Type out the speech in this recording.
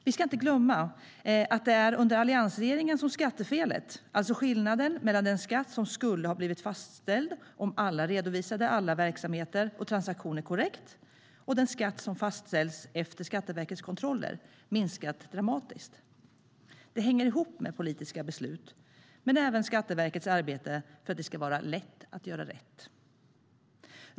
Vi ska inte glömma att det var under alliansregeringen som skattefelet, alltså skillnaden mellan den skatt som skulle ha blivit fastställd om alla redovisade alla verksamheter och transaktioner korrekt och den skatt som fastställs efter Skatteverkets kontroller, minskade dramatiskt. Det hänger ihop med politiska beslut men även med Skatteverkets arbete för att det ska vara lätt att göra rätt.